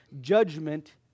judgment